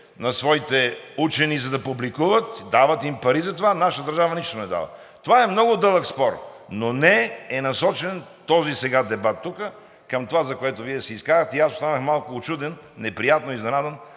на своите учени, за да публикуват, дават им пари за това, а нашата държава нищо не дава. Това е много дълъг спор, но не е насочен този дебат сега тук към това, за което Вие се изказахте. Аз останах малко учуден, неприятно изненадан